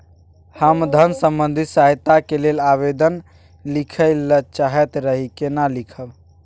हम धन संबंधी सहायता के लैल आवेदन लिखय ल चाहैत रही केना लिखब?